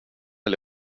väl